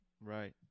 right